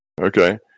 Okay